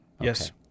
yes